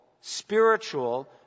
spiritual